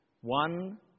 One